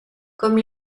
comme